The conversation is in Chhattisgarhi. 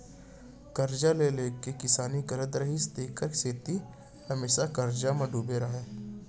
करजा ले ले के किसानी करत रिहिस तेखर सेती हमेसा करजा म डूबे रहय